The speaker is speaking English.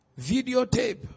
videotape